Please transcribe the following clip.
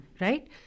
right